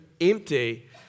empty